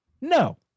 no